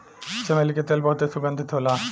चमेली के तेल बहुत सुगंधित होला